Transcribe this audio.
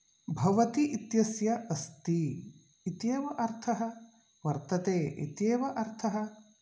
भवति इत्यस्य अस्ति इत्येव अर्थः वर्तते इत्येव अर्थः